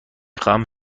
خواهم